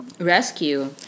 Rescue